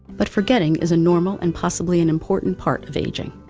but forgetting is a normal and possibly an important part of aging.